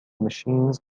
machines